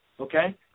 okay